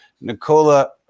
Nicola